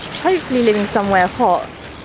hopefully living somewhere hot.